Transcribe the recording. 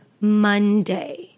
Monday